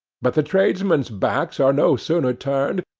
but the tradesmen's backs are no sooner turned,